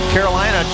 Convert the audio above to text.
Carolina